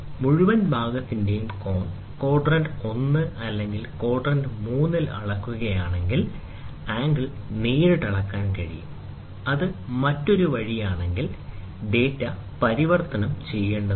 മുഴുവൻ ഭാഗത്തിന്റെയും കോൺ ക്വാഡ്രന്റ് 1 അല്ലെങ്കിൽ ക്വാഡ്രന്റ് 3 ൽ അളക്കുകയാണെങ്കിൽ ആംഗിൾ നേരിട്ട് അളക്കാൻ കഴിയും അത് മറ്റൊരു വഴിയാണെങ്കിൽ ഡാറ്റ പരിവർത്തനം ചെയ്യേണ്ടതുണ്ട്